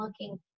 looking